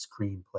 screenplay